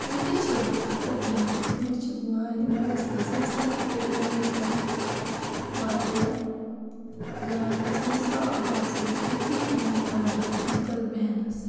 أتی چھَس بہٕ پَتھَر بیٚہوان مےٚ چھِ وٲر مےٚ گٔژھ آسٕنۍ صَفٲیی مےٚ گوٚژھ آسُن واریاہ جاے گٔژھ مےٚ صاف آسٕن أتی ای مےٚ وۄنٛدٕ پَتھَر بیٚہنَس